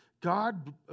God